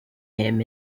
him